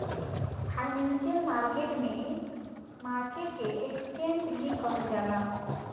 financial market में market के exchange भी कहल जाला